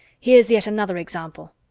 here's yet another example.